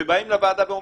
ובאים לוועדה ואומרים,